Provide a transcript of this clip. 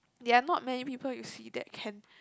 there are not many people that you see that can